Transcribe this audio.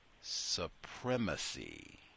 supremacy